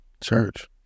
Church